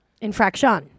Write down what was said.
Infraction